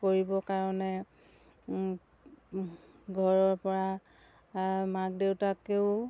কৰিবৰ কাৰণে ঘৰৰপৰা মাক দেউতাকেও